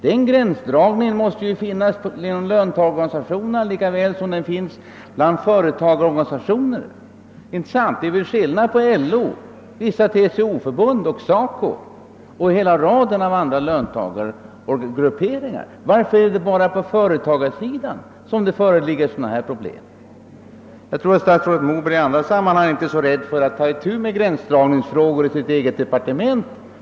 Den gränsdragningen måste ju förekomma inom löntagarorganisationerna lika väl som bland företagarorganisationerna, inte sant? Det är skillnad mellan å ena sidan vissa TCO-förbund och SACO och å andra sidan hela raden av andra löntagargrupperingar. Varför är det bara på företagarsidan det föreligger sådana problem? Jag tror att statsrådet Moberg i andra sammanhang inte är så rädd för att ta itu med gränsdragningsfrågor i sitt eget departement.